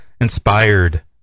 inspired